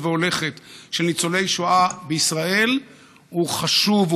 והולכת של ניצולי שואה בישראל הוא חשוב,